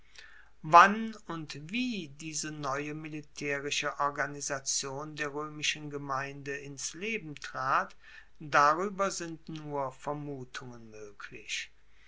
wann und wie diese neue militaerische organisation der roemischen gemeinde ins leben trat darueber sind nur vermutungen moeglich